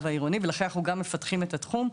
העירוני ולכן אנחנו גם מפתחים את התחום,